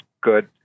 good